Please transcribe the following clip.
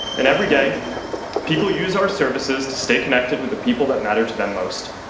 and every day people use our services to stay connected with the people that matter to them most.